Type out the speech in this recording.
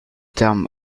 terme